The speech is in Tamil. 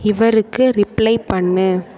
இவருக்கு ரிப்ளை பண்ணு